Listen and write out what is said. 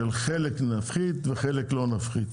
שלחלק נפחית וחלק לא נפחית.